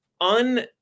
un-